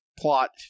plot